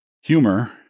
humor